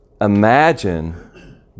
imagine